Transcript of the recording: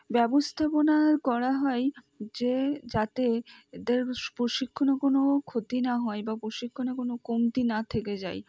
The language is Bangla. ব্যবস্থাপনা করা হয় যে যাতে এদের প্রশিক্ষণে কোন ক্ষতি না হয় বা প্রশিক্ষণে কোন কমতি না থেকে যায়